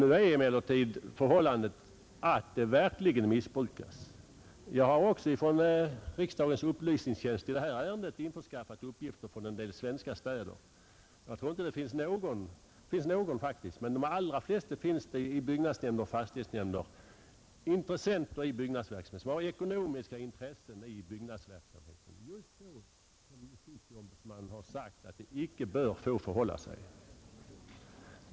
Nu är emellertid det faktiska förhållandet det, att den missbrukas. Jag har även i detta ärende införskaffat uppgifter från riksdagens upplysningstjänst beträffande en del svenska städer. I de allra flesta finns det i byggnadsnämnder och fastighetsnämnder personer som har ekonomiska intressen i byggnadsverksamheten. Det är precis så justitieombudsmannen har uttalat att det icke bör förhålla sig.